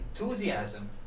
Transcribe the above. enthusiasm